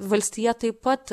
valstija taip pat